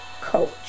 coach